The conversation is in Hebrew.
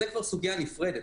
זו כבר סוגיה נפרדת.